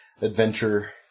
adventure